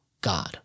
God